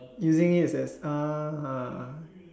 using it as ah